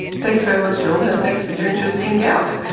thanks very much norman, and thanks for your interest in gout.